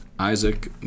Isaac